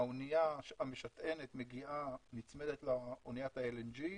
האנייה המשטענת נצמדת לאניית ה-LNG,